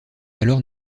alors